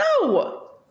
No